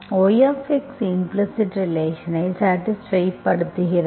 y implicit ரிலேஷன்ஐ சாடிஸ்ப்பைப்படுத்துகிறது